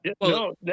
No